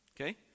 okay